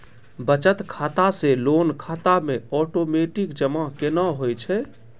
बचत खाता से लोन खाता मे ओटोमेटिक जमा केना होय छै?